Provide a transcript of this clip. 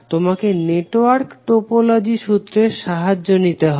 তোমাকে network topology সুত্রের সাহায্য নিতে হবে